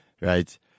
right